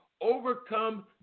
overcome